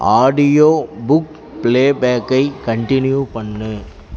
audio book பிளேபேக்கை continue பண்ணு